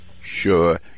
sure